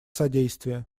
содействие